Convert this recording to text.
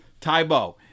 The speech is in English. Tybo